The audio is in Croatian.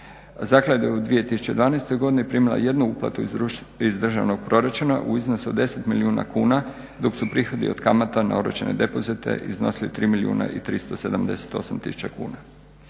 Zaklada je u 2012.godini primila 1 uplatu iz državnog proračuna u iznosu od 10 milijuna kuna dok su prihodi od kamata na oročene depozite iznosili 3 milijuna378 tisuća kuna.